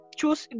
choose